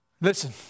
Listen